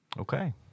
Okay